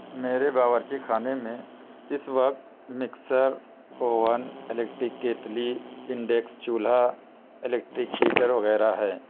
میرے باورچی خانے میں اس وقت مکسر اوون الیکٹرک کیتلی انڈکس چولہا الیکٹرک ہیٹر وغیرہ ہے